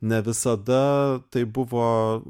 ne visada tai buvo